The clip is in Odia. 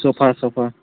sofa sofa